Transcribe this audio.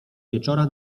wieczora